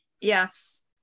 Yes